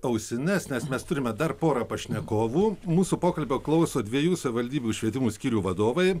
ausines nes mes turime dar porą pašnekovų mūsų pokalbio klauso dviejų savivaldybių švietimo skyrių vadovai